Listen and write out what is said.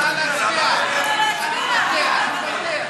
לא, לא.